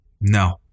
No